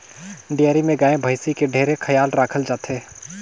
dairy में गाय, भइसी के ढेरे खयाल राखल जाथे